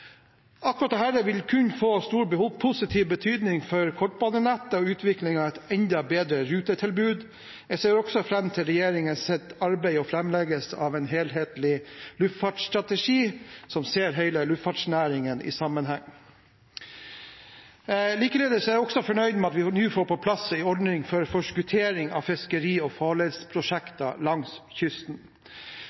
Akkurat dette vil kunne få stor positiv betydning for kortbanenettet og utviklingen av et enda bedre rutetilbud. Jeg ser også fram til regjeringens arbeid og framleggelse av en helhetlig luftfartsstrategi som ser hele luftfartsnæringen i sammenheng. Likeledes er jeg også fornøyd med at vi nå får på plass en ordning for forskuttering av fiskeri- og farledsprosjekter langs kysten.